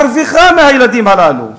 מרוויחה מהילדים הללו,